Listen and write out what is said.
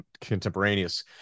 contemporaneous